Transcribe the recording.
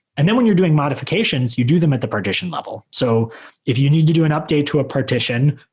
and then when you're doing modifications, you do them at the partition level. so if you need to do an update to a partition,